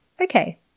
Okay